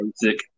basic